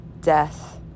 death